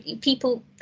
people